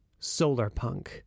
Solarpunk